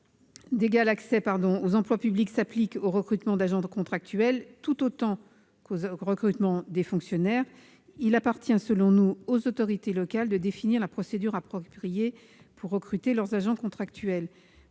d'égal accès aux emplois publics s'applique au recrutement d'agents contractuels tout autant que de fonctionnaires, il appartient selon nous aux autorités locales de définir la procédure appropriée de recrutement de leurs agents contractuels